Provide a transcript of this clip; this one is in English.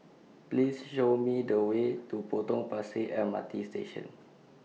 Please Show Me The Way to Potong Pasir M R T Station